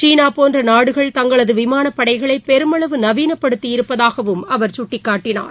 சீனா போன்ற நாடுகள் தங்களது விமானப்படைகளை பெருமளவு நவீனப்படுத்தி இருப்பதாக அவர் சுட்டிக்காட்டனார்